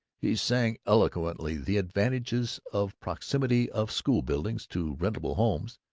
he sang eloquently the advantages of proximity of school-buildings to rentable homes,